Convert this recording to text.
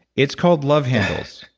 it's called love handles.